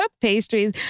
pastries